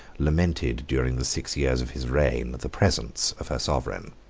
lamented, during the six years of his reign, the presence of her sovereign.